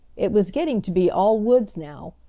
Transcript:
it was getting to be all woods now,